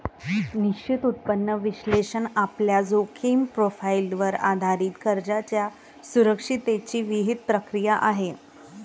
निश्चित उत्पन्न विश्लेषण आपल्या जोखीम प्रोफाइलवर आधारित कर्जाच्या सुरक्षिततेची विहित प्रक्रिया आहे